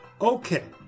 Okay